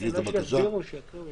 אולי שיסבירו, שיקריאו.